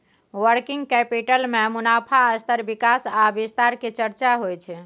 working capital में मुनाफ़ा स्तर विकास आ विस्तार के चर्चा होइ छइ